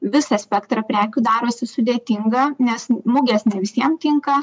visą spektrą prekių darosi sudėtinga nes mugės ne visiem tinka